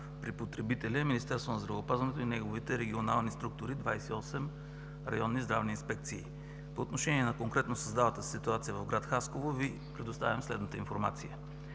при потребителя е Министерството на здравеопазването и неговите регионални структури – 28 районни здравни инспекции. По отношение на конкретно създалата се ситуация в град Хасково Ви предоставям следната информация: